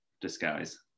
disguise